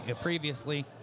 previously